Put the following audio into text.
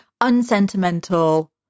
unsentimental